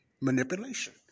manipulation